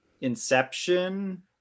Inception